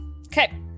Okay